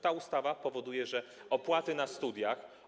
Ta ustawa powoduje, że opłaty na studiach.